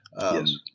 Yes